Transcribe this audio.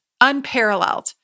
unparalleled